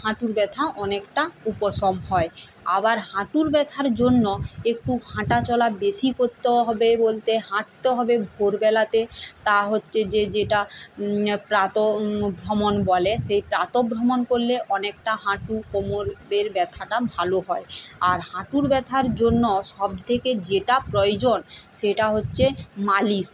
হাঁটুর ব্যথা অনেকটা উপশম হয় আবার হাঁটুর ব্যথার জন্য একটু হাঁটা চলা বেশি কোত্তেও হবে বলতে হাঁটতে হবে ভোর বেলাতে তা হচ্ছে যে যেটা প্রাত ভ্রমন বলে সেই প্রাতঃভ্রমণ করলে অনেকটা হাঁটু কোমরের ব্যথাটা ভালো হয় আর হাঁটুর ব্যথার জন্য সবথেকে যেটা প্রয়োজন সেটা হচ্ছে মালিশ